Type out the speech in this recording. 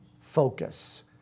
focus